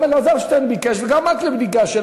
גם אלעזר שטרן ביקש וגם את ביקשת,